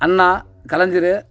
Anna Kalaignar